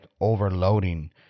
overloading